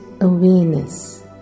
awareness